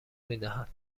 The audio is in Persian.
میدهد